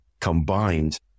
combined